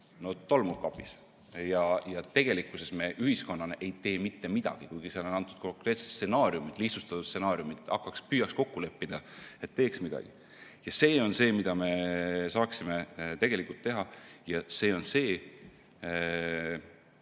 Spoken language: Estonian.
See tolmub kapis. Tegelikkuses me ühiskonnana ei tee mitte midagi, kuigi seal on antud konkreetsed stsenaariumid, lihtsustatud stsenaariumid. Püüaks kokku leppida, et teeks midagi. See on see, mida me saaksime tegelikult teha. Ja see on see,